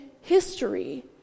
history